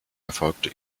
erfolgte